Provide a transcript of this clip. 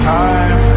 time